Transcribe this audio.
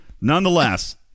Nonetheless